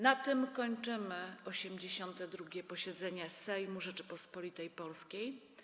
Na tym kończymy 82. posiedzenie Sejmu Rzeczypospolitej Polskiej.